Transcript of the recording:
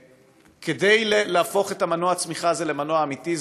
שכדי להפוך את מנוע הצמיחה הזה למנוע אמיתי,